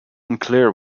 unclear